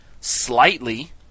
slightly